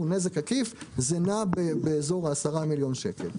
נזק עקיף זה יהיה בערך 10 מיליון שקל.